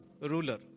ruler